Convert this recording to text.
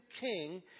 king